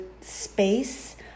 space